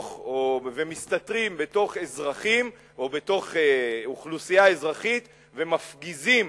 ומסתתרים בתוך אזרחים או בתוך אוכלוסייה אזרחית ומפגיזים